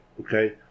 Okay